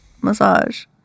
massage